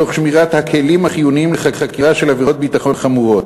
תוך שמירת הכלים החיוניים לחקירה של עבירות ביטחון חמורות.